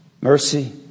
mercy